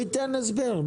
הוא ייתן הסבר.